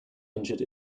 injured